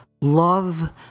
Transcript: love